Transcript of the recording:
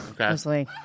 Okay